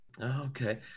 okay